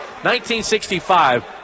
1965